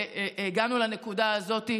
הגענו לנקודה הזאת.